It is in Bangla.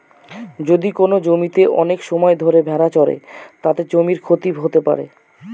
যদি কোনো জমিতে অনেক সময় ধরে ভেড়া চড়ে, তাতে জমির ক্ষতি হতে পারে